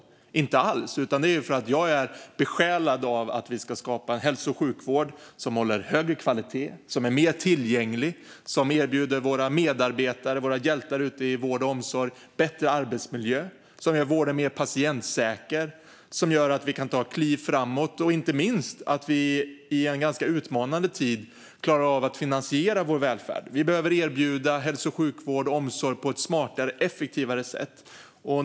Så är det inte alls, utan det är för att jag är besjälad av att vi ska skapa en hälso och sjukvård som håller högre kvalitet, som är mer tillgänglig, som erbjuder våra medarbetare, våra hjältar ute i vård och omsorg, bättre arbetsmiljö, som gör vården mer patientsäker, som gör att vi kan ta ett kliv framåt och inte minst som gör att vi i en ganska utmanande tid klarar av att finansiera vår välfärd. Vi behöver erbjuda hälso och sjukvård och omsorg på ett smartare, effektivare sätt.